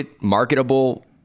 marketable